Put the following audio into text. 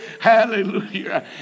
Hallelujah